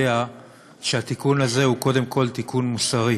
יודע שהתיקון הזה הוא קודם כול תיקון מוסרי,